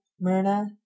Myrna